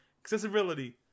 Accessibility